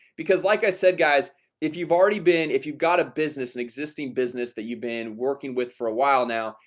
because like i said guys if you've already been if you've got a business an existing business that you've been working with for a while. now.